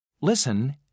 Listen